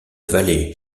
vallée